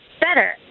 better